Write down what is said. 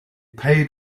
paid